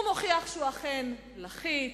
הוא מוכיח שהוא אכן לחיץ,